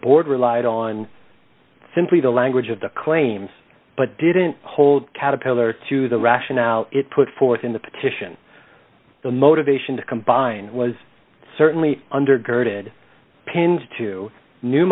board relied on simply the language of the claims but didn't hold caterpillar to the rationale it put forth in the petition the motivation to combine was certainly undergirded pens to new